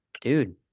dude